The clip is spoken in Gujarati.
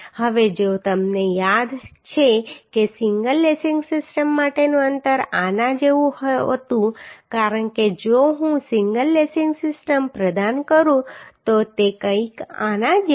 હવે જો તમને યાદ છે કે સિંગલ લેસિંગ સિસ્ટમ માટેનું અંતર આના જેવું હતું કારણ કે જો હું સિંગલ લેસિંગ સિસ્ટમ પ્રદાન કરું તો તે કંઈક આના જેવું છે